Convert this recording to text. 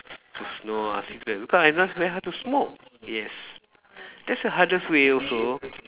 says no ah cigarette because I now very hard to smoke yes that's the hardest way also